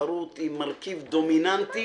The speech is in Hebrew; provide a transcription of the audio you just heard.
התחרות היא מרכיב דומיננטי